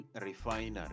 refinery